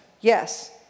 Yes